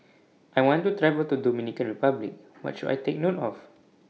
I want to travel to Dominican Republic What should I Take note of